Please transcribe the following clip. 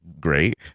Great